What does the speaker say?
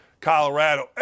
Colorado